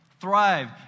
Thrive